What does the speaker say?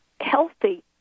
healthy